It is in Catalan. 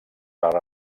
per